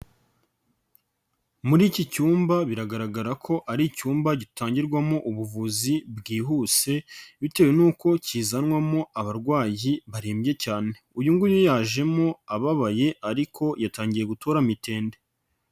Muri iki cyumba biragaragara ko ari icyumba gitangirwamo ubuvuzi bwihuse bitewe n'uko kizanwamo abarwayi barembye cyane. Uyu nguye yajemo ababaye ariko yatangiye gutora mitende.